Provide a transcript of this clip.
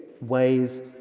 ways